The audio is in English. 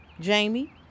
Jamie